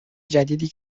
جدیدی